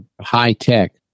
high-tech